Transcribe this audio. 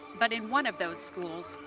but in one of those schools,